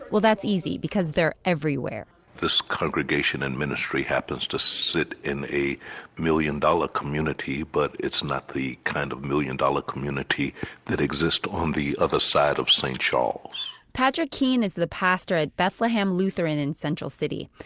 well, that's easy because they're everywhere this congregation and ministry happens to sit in a million dollar community. but it's not the kind of million dollar community that exists on the other side of st. charles patrick keen is the pastor at bethlehem, lutheran in central city.